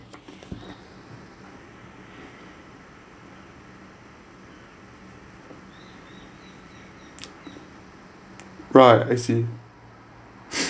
right I see